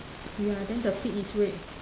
ya then the feet is red